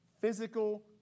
physical